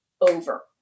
over